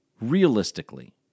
realistically